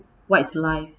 what is life